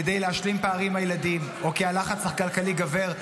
כדי להשלים פערים עם הילדים או כי הלחץ הכלכלי גבר,